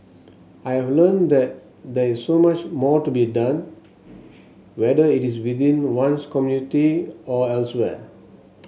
I have learnt that there is so much more to be done whether it is within one's community or elsewhere